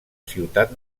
ciutat